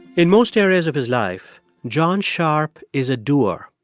in most areas of his life, john sharp is a doer,